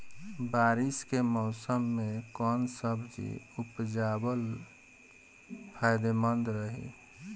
बारिश के मौषम मे कौन सब्जी उपजावल फायदेमंद रही?